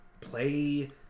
Play